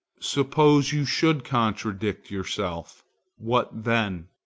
suppose you should contradict yourself what then?